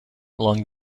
lung